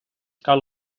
cal